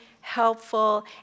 helpful